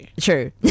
true